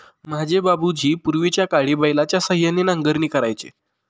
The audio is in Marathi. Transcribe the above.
माझे बाबूजी पूर्वीच्याकाळी बैलाच्या सहाय्याने नांगरणी करायचे